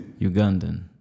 Ugandan